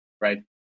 right